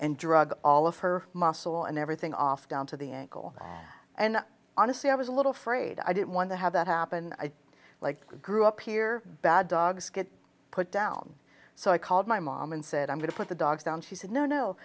and drug all of her muscle and everything off down to the ankle and honestly i was a little afraid i didn't want to have that happen i like grew up here bad dogs get put down so i called my mom and said i'm going to put the dogs down she said no no